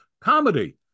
comedy